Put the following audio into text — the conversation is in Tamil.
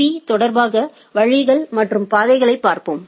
பீ தொடர்பாக வழிகள் மற்றும் பாதைகளைப் பார்ப்போம்